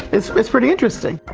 it's it's pretty interesting.